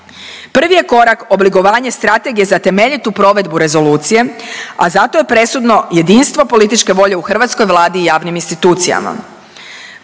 Prvi je korak oblikovanje Strategije za temeljitu provedbu rezolucije, a za to je presudno jedinstvo političke volje u hrvatskoj Vladi i javnim institucijama.